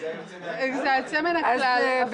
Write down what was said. זה יוצא מן הכלל.